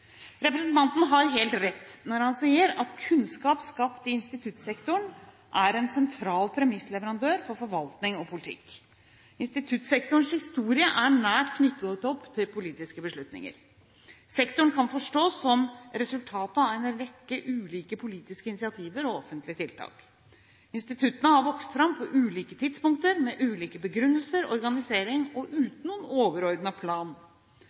Representanten har helt rett når han sier at kunnskap skapt i instituttsektoren er en sentral premissleverandør for forvaltning og politikk. Instituttsektorens historie er nært knyttet opp til politiske beslutninger. Sektoren kan forstås som resultatet av en rekke ulike politiske initiativer og offentlige tiltak. Instituttene har vokst fram på ulike tidspunkt, med ulike begrunnelser, ulik organisering og uten noen overordnet plan.